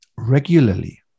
regularly